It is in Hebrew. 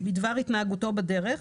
בדבר התנהגותו בדרך,